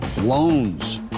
Loans